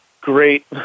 great